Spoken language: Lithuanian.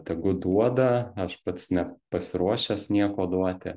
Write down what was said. tegu duoda aš pats nepasiruošęs nieko duoti